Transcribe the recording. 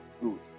good